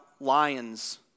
lions